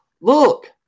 look